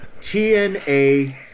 TNA